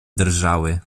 drżały